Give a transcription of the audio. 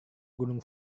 gunung